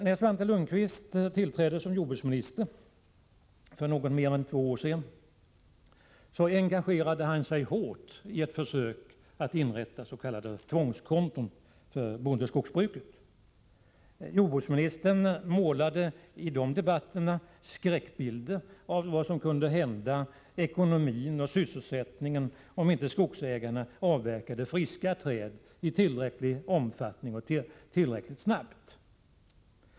När Svante Lundkvist tillträdde som jordbruksminister för något mer än två år sedan engagerade han sig hårt i ett försök att inrätta s.k. tvångskonton för bondeskogsbruket. Jordbruksministern målade i de debatterna skräckbilder av vad som kunde hända ekonomin och sysselsättningen om inte skogsägarna avverkade friska träd i tillräcklig omfattning och tillräckligt snabbt.